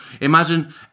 imagine